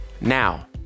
Now